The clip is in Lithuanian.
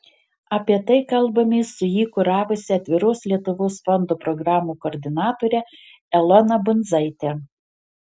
apie tai kalbamės su jį kuravusia atviros lietuvos fondo programų koordinatore elona bundzaite